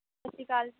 ਸਤਿ ਸ਼੍ਰੀ ਅਕਾਲ ਜੀ